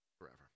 forever